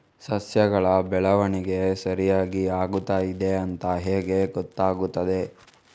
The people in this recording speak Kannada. ಸಸ್ಯಗಳ ಬೆಳವಣಿಗೆ ಸರಿಯಾಗಿ ಆಗುತ್ತಾ ಇದೆ ಅಂತ ಹೇಗೆ ಗೊತ್ತಾಗುತ್ತದೆ?